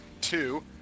Two